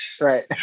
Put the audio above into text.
Right